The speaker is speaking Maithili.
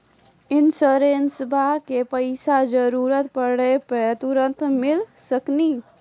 इंश्योरेंसबा के पैसा जरूरत पड़े पे तुरंत मिल सकनी?